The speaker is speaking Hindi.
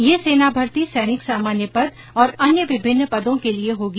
यह सेना भर्ती सैनिक सामान्य पद और अन्य विभिन्न पदों के लिये होगी